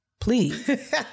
please